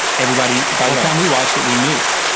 everybody, by the time we watched it we knew.